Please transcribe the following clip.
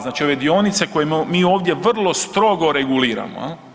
Znači ove dionice koje mi ovdje vrlo strogo reguliramo.